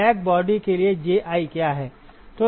black body के लिए Ji क्या है